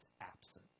absent